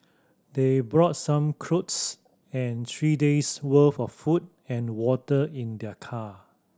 they brought some clothes and three days worth of food and water in their car